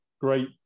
great